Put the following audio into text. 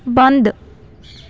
ਬੰਦ